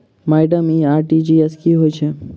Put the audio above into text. Madam इ RTGS की होइ छैय?